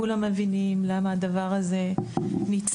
כולם מבינים למה הדבר הזה נצרך.